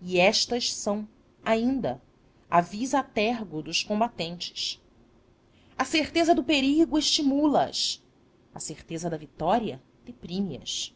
e estas são ainda a vis a tergo dos combates a certeza do perigo estimula as a certeza da vitória deprime as